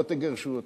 לא תגרשו אותנו.